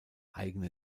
eigene